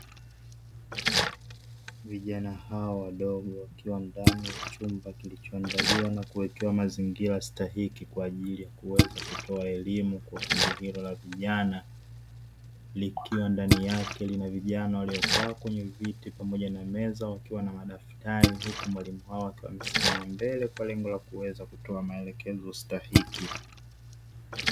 Vijana hao wadogo wakiwa ndani ya chumba kilichoandaliwa na kuwekewa mazingira stahiki kwaajili ya kuweza kutoa elimu kwa kundi hilo la vijana; likiwa ndani yake lina vijana wakiokaa kwenye viti pamoja na meza wakiwa na madaftari, huku mwalimu wao akiwa amesimama mbele kwa lengo la kuweza kutoa maelekezo stahiki.